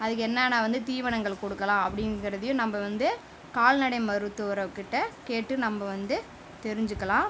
அதுக்கு என்னென்ன வந்து தீவனங்கள் கொடுக்கலாம் அப்படிங்கிறதயும் நம்ப வந்து கால்நடை மருத்துவருக்கிட்ட கேட்டு நம்ப வந்து தெரிஞ்சிக்கலாம்